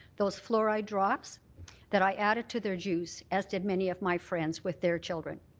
those fluoride drops that i added to their juice, as did many of my friends with their children.